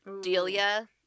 Delia